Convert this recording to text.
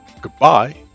Goodbye